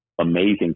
amazing